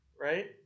right